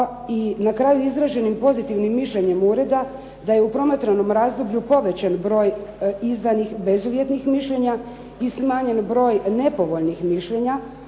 i na kraju izraženim pozitivnim mišljenjem ureda da je u promatranom razdoblju povećan broj izdanih bezuvjetnih mišljenja i smanjen broj nepovoljnih mišljenja